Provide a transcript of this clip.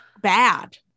bad